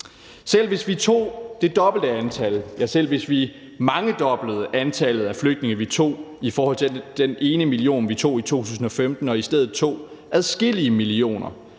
Selv hvis vi tog det dobbelte antal, ja, selv hvis vi mangedoblede antallet af flygtninge, vi tog, i forhold til den ene million, vi tog i 2015, og i stedet tog adskillige millioner,